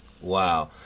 Wow